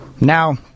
Now